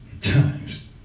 times